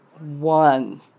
one